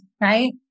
right